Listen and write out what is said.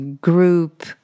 group